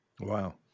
wow